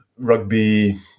rugby